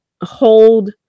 hold